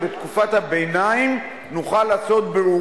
שבזמנו ביקש ממני לייצג אותו וכך הגעתי להמשיך ולייצג אותו גם בדיון